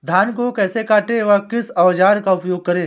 धान को कैसे काटे व किस औजार का उपयोग करें?